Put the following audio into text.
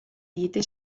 diete